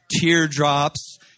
teardrops